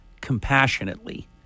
compassionately